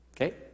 Okay